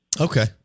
Okay